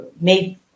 made